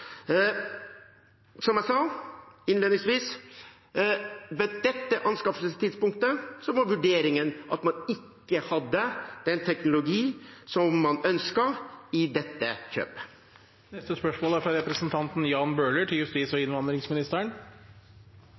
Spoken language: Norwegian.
Som jeg sa innledningsvis: Ved dette anskaffelsestidspunktet var vurderingen at man ikke hadde den teknologi som man ønsket i dette kjøpet. Jeg vil gjerne stille følgende spørsmål